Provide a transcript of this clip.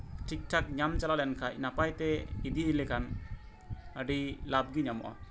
ᱴᱷᱤᱠᱼᱴᱷᱟᱠ ᱧᱟᱢ ᱪᱟᱞᱟᱣ ᱞᱮᱱᱠᱷᱟᱡ ᱱᱟᱯᱟᱭ ᱛᱮ ᱤᱫᱤ ᱞᱮᱠᱷᱟᱱ ᱟᱹᱰᱤ ᱞᱟᱵᱽ ᱜᱮ ᱧᱟᱢᱚᱜᱼᱟ